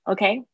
Okay